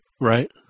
Right